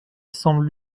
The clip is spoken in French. semble